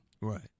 Right